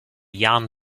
jan